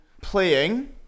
playing